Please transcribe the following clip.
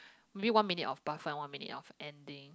maybe one minute of buffer one minute of ending